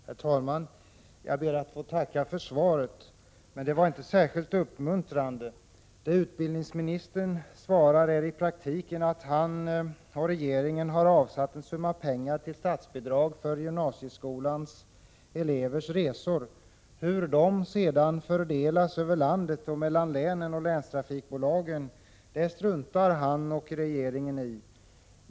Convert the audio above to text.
Prot. 1987/88:43 Herr talman! Jag ber att få tacka för svaret, men det var inte särskilt 11 december 1987 uppmuntrande. Det utbildningsministern svarar är i praktiken att han Och = Jj.osomcbidsaoon sill regeringen har avsatt en summa pengar till statsbidrag avseende gymnasieskolans elever. Hur de sedan fördelas över landet, mellan länen och länstrafikbolagen, struntar han och regeringen i.